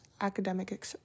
academic